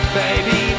baby